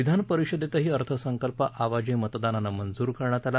विधान परिषदेतही अर्थसंकल्प आवाजी मतदानानं मंजूर करण्यात आला